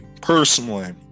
personally